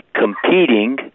competing